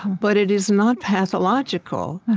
but it is not pathological.